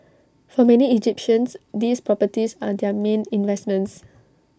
for many Egyptians these properties are their main investments